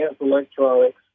Electronics